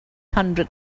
hundred